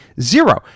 Zero